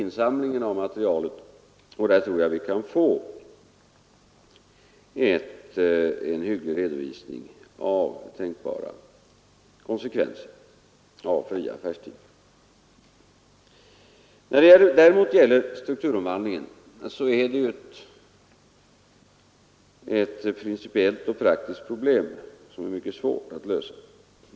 Insamlandet av material fortsätter, och jag tror att vi kan få en Nr 151 hygglig redovisning av tänkbara konsekvenser av fria affärstider. Måndagen den Strukturomvandlingen inom handeln innebär däremot ett principiellt 10 december 1973 och praktiskt problem, som är mycket svårt att lösa.